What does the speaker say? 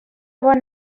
bon